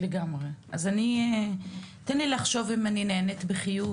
אז תן לי לחשוב אם אני נענית בחיוב,